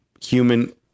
human